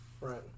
Right